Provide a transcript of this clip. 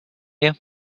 you